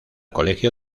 colegio